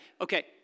Okay